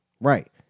Right